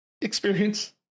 experience